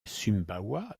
sumbawa